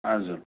हजुर